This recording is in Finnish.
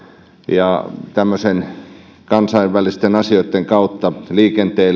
ja kansainvälisten asioitten kautta liikenteen